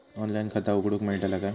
Online खाता उघडूक मेलतला काय?